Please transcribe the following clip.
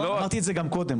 אמרתי את זה גם קודם,